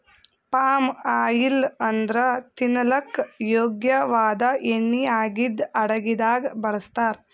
palm oil ಅಂದ್ರ ತಿನಲಕ್ಕ್ ಯೋಗ್ಯ ವಾದ್ ಎಣ್ಣಿ ಆಗಿದ್ದ್ ಅಡಗಿದಾಗ್ ಬಳಸ್ತಾರ್